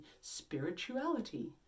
spirituality